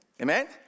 Amen